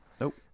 Nope